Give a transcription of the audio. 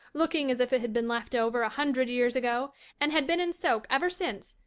looking as if it had been left over a hundred years ago and had been in soak ever since,